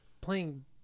playing